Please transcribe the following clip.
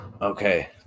okay